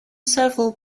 several